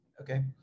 Okay